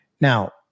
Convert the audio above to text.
Now